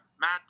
Matt